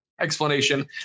explanation